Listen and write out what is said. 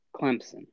Clemson